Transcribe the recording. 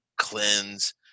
cleanse